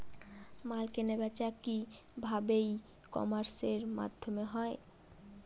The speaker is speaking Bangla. মাল কেনাবেচা কি ভাবে ই কমার্সের মাধ্যমে হয়?